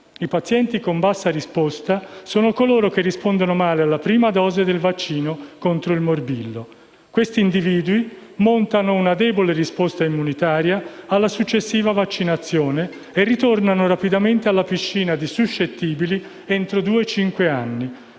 I pazienti con bassa risposta sono coloro che rispondono male alla prima dose del vaccino contro il morbillo. Questi individui montano una debole risposta immunitaria alla successiva vaccinazione e ritornano rapidamente alla piscina di suscettibili entro due-cinque anni,